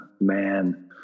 man